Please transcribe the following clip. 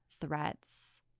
threats